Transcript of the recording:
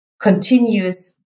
continuous